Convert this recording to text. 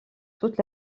toute